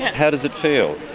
how does it feel?